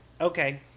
Okay